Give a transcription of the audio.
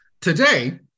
today